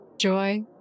Joy